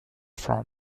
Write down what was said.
for